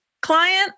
client